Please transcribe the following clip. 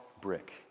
brick